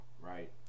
right